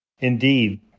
Indeed